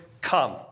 come